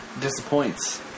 disappoints